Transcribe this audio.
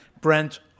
Brent